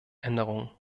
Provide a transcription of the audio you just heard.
änderungen